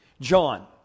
John